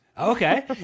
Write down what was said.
Okay